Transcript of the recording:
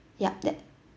ya that